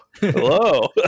hello